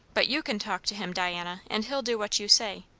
but you can talk to him, diana, and he'll do what you say.